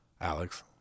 Alex